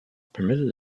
permitted